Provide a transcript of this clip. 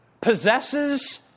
possesses